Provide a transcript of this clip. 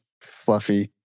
fluffy